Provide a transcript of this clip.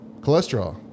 Cholesterol